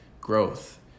growth